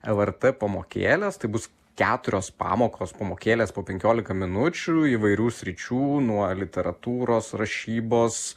lrt pamokėles tai bus keturios pamokos pamokėlės po penkioliką minučių įvairių sričių nuo literatūros rašybos